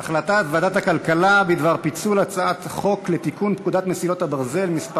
החלטת ועדת הכלכלה בדבר פיצול הצעת חוק לתיקון פקודת מסילות הברזל (מס'